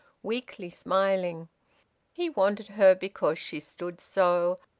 weakly smiling he wanted her because she stood so,